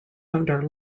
under